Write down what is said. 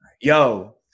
Yo